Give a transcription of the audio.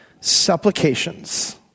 supplications